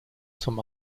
zum